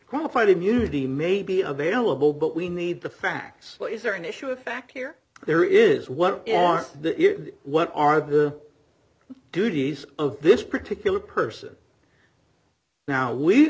qualified immunity may be a bailable but we need the facts what is there an issue of fact here there is what what are the duties of this particular person now we